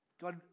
God